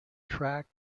track